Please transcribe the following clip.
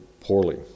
poorly